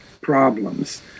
problems